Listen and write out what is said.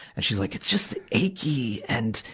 and she's like, it's just achy and,